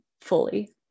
fully